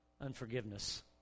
Unforgiveness